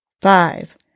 five